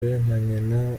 nyina